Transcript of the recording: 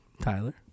Tyler